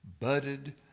budded